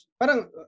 Parang